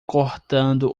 cortando